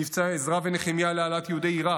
מבצע עזרה ונחמיה להעלאת יהודי עיראק,